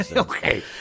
Okay